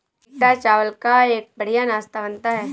पीटा चावल का एक बढ़िया नाश्ता बनता है